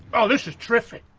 ah this is t'riffic!